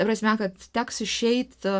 ta prasme kad teks išeit